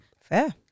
Fair